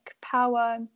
power